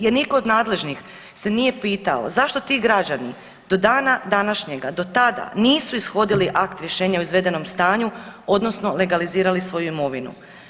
Jer nitko od nadležnih se nije pitao zašto ti građani do dana današnjega, do tada nisu ishodili akt rješenje o izvedenom stanju odnosno legalizirali svoju imovinu.